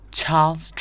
Charles